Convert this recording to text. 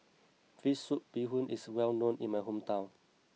Fish Soup Bee Hoon is well known in my hometown